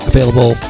Available